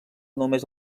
només